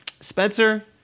Spencer